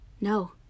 No